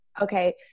okay